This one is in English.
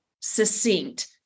succinct